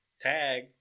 tag